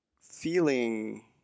feeling